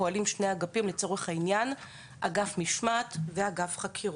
פועלים שני אפגים: אגף משמעת ואגף חקירות.